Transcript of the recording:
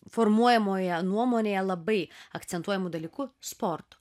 formuojamoje nuomonėje labai akcentuojamu dalyku sportu